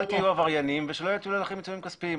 אל תהיו עבריינים ושלא יטילו עליכם עיצומים כספיים.